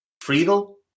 Friedel